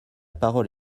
parole